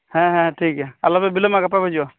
ᱦᱮᱸ ᱦᱮᱸ ᱴᱷᱤᱠ ᱜᱮᱭᱟ ᱟᱞᱚᱯᱮ ᱵᱤᱞᱚᱢᱟ ᱜᱟᱯᱟᱯᱮ ᱦᱤᱡᱩᱜᱼᱟ